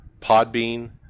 Podbean